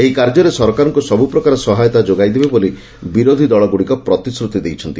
ଏହି କାର୍ଯ୍ୟରେ ସରକାରଙ୍କୁ ସବୁ ପ୍ରକାର ସହାୟତା ଯୋଗାଇଦେବେ ବୋଲି ବିରୋଧି ଦଳଗୁଡ଼ିକ ପ୍ରତିଶ୍ରୁତି ଦେଇଛନ୍ତି